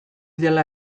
dela